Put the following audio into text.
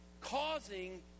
causing